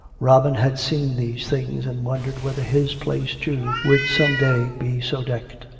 robin had seen these things, and wondered whether his place, too, would some day be so decked.